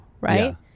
right